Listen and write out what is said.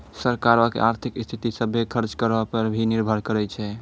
सरकारो के आर्थिक स्थिति, सभ्भे खर्च करो पे ही निर्भर करै छै